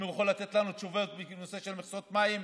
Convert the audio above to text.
אם הוא יכול לתת לנו תשובות בנושא של מכסות המים.